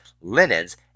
linens